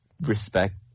respect